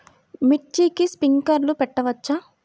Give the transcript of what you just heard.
మిర్చికి స్ప్రింక్లర్లు పెట్టవచ్చా?